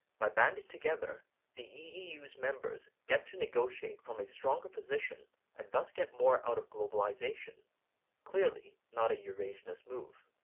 by banding together the eeu's members get to negotiate from a stronger position and thus get more out of globalization clearly not a eurasianist move.